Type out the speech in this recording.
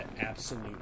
absolute